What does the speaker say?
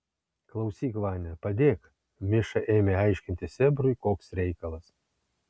klausyk vania padėk miša ėmė aiškinti sėbrui koks reikalas